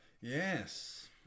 yes